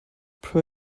per